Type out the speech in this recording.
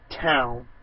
town